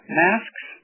masks